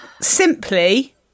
Simply